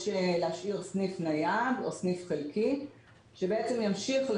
להשאיר סניף נייד או סניף חלקי שבעצם ימשיך.